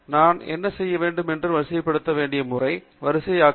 நாம் என்ன செய்ய வேண்டும் என்று நாம் வரிசைப்படுத்த வேண்டிய முறை வரிசையாக்க